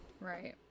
Right